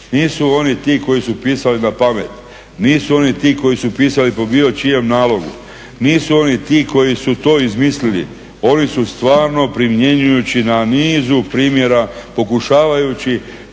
nisu oni ti koji su pisali napamet, nisu oni ti koji su pisali po bilo čijem nalogu, nisu oni ti koji su to izmislili, oni su stvarno primjenjujući na nizu primjera pokušavajući